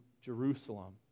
Jerusalem